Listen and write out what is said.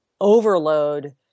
overload